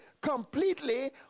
completely